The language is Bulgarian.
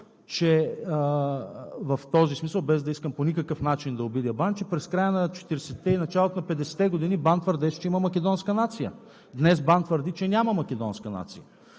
в този смисъл, без да искам по никакъв начин да обидя БАН, че през края на 40-те и началото на 50-те години БАН твърдеше, че има македонска нация. Днес БАН твърди, че няма македонска нация.